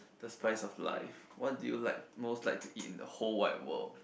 the spice of life what do you like most like to eat in the whole wide world